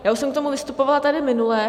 Já už jsem k tomu vystupovala tady minule.